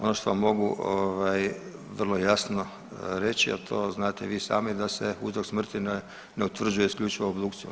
Ono što vam mogu vrlo jasno reći, a to znate i vi sami da se uzrok smrti ne utvrđuje isključivo obdukcijom.